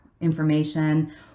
information